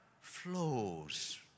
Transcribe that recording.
Flows